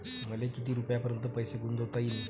मले किती रुपयापर्यंत पैसा गुंतवता येईन?